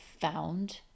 found